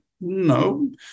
No